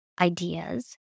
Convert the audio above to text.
ideas